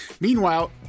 meanwhile